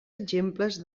exemples